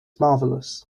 marvelous